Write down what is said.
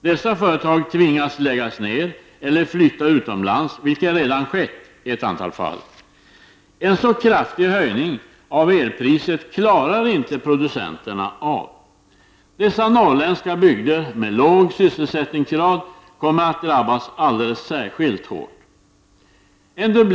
Dessa företag tvingas läggas ned eller flytta utomlands — vilket redan har skett i ett antal fall — för en så kraftig höjning av elpriset klarar inte producenterna. Dessa norrländska bygder med låg sysselsättningsgrad kommer att drabbas alldeles särskilt hårt.